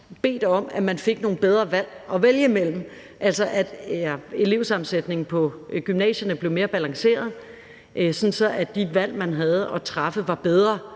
bedt om, at man fik nogle bedre valgmuligheder, altså at elevsammensætningen på gymnasierne blev mere balanceret, sådan at de valg, man kunne træffe, var bedre